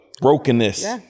brokenness